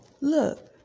look